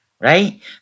right